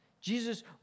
Jesus